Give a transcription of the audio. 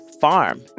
farm